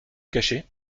cacher